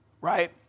right